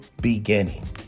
beginning